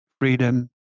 freedom